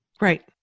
Right